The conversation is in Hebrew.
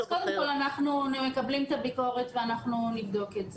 אז קודם כל אנחנו מקבלים את הביקורת ואנחנו נבדוק את זה,